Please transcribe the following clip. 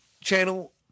channel